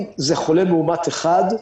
אם זה חולם מאומת אחד,